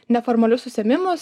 neformalius užsiėmimus